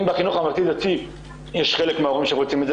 אם בחינוך הממלכתי יש חלק מההורים שרוצים את זה,